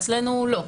אצלנו לא.